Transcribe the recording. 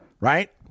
right